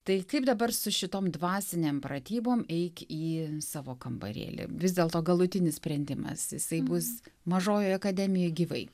tai kaip dabar su šitom dvasinėm pratybom eik į savo kambarėlį vis dėlto galutinis sprendimas jisai bus mažojoje akademijoj gyvai